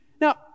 Now